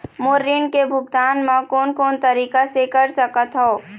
मोर ऋण के भुगतान म कोन कोन तरीका से कर सकत हव?